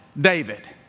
David